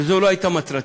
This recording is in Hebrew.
וזו לא הייתה מטרתי.